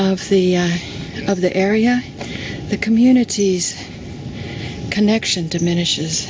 of the of the area the communities connection diminishes